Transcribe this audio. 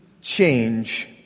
change